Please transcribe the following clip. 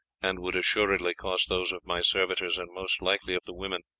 and would assuredly cost those of my servitors and most likely of the women.